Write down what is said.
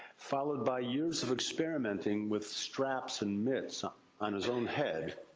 followed by years of experimenting with straps and mitts ah on his own head.